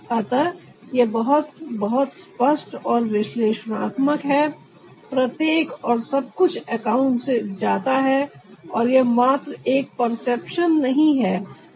अतः यह बहुत बहुत स्पष्ट और विश्लेषणात्मक है प्रत्येक और सब कुछ अकाउंट से जाता है और यह मात्र एक परसेप्शन नहीं है